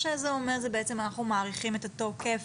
זה אומר, שאנחנו מאריכים את התוקף